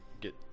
Get